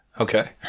Okay